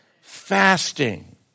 Fasting